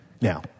Now